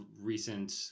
recent